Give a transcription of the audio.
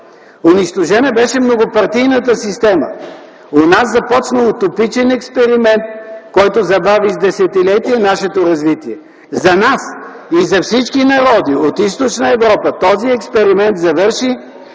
Унищожена беше многопартийната система. У нас започна утопичен експеримент, който забави с десетилетия нашето развитие. За нас и за всички народи от Източна Европа този експеримент завърши,